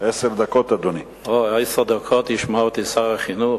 אדוני היושב-ראש,